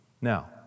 Now